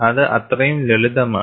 അത് അത്രയും ലളിതമാണ്